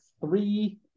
three